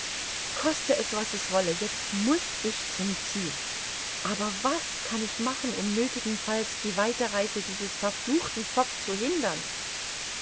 koste es was es wolle jetzt muß ich zum ziel aber was kann ich machen um nöthigenfalls die weiterreise dieses verfluchten fogg zu hindern